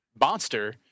monster